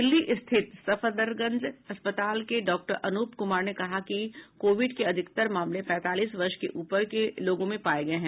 दिल्ली स्थित सफदरजंग अस्पताल के डॉक्टर अनूप कुमार ने कहा है कि कोविड के अधिकतर मामले पैंतालीस वर्ष के ऊपर के लोगों में पाये गये हैं